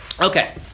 Okay